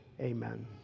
Amen